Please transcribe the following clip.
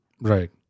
Right